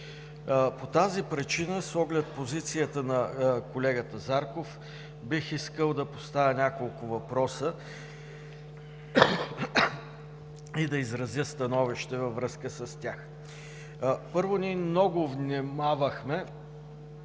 По тази причина, с оглед позицията на колегата Зарков, бих искал да поставя няколко въпроса и да изразя становище във връзка с тях. Първо ние много внимавахме